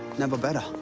never better.